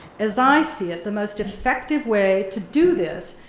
as i see it the most effective way to do this,